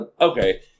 Okay